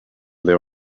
their